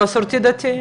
במסורתי דתי.